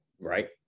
right